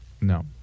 No